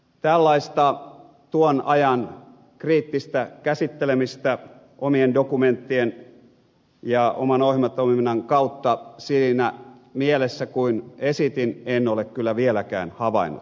tällaista tuon ajan kriittistä käsittelemistä omien dokumenttien ja oman ohjelmatoiminnan kautta siinä mielessä kuin esitin en ole kyllä vieläkään havainnut